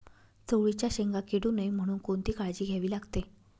चवळीच्या शेंगा किडू नये म्हणून कोणती काळजी घ्यावी लागते?